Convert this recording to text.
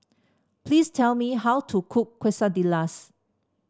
please tell me how to cook Quesadillas